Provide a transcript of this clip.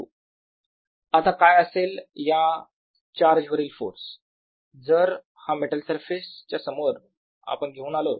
σ −q z0 2 π 3 s2 z 2 आता काय असेल या चार्ज वरील फोर्स जर हा मेटल सरफेस च्या समोर आपण घेऊन आलो